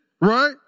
Right